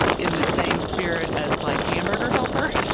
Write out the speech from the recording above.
in the same spirit as like hamburger helper.